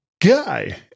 Guy